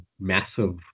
massive